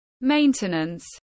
maintenance